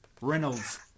Reynolds